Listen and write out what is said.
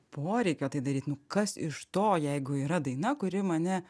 poreikio tai daryt nu kas iš to jeigu yra daina kuri mane